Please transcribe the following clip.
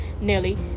nearly